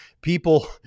people